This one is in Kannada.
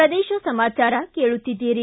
ಪ್ರದೇಶ ಸಮಾಚಾರ ಕೇಳುತ್ತೀದ್ದಿರಿ